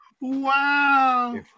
Wow